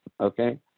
okay